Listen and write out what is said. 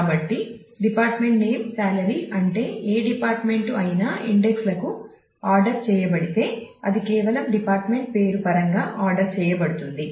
కాబట్టి డిపార్ట్మెంట్ పేరు సాలరీ అంటే ఏ డిపార్టుమెంటు అయినా ఇండెక్స్లకు ఆర్డర్ బడితే అది కేవలం డిపార్ట్మెంట్ పేరు పరంగా ఆర్డర్ చేయబడుతుంది